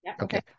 okay